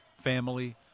family